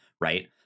right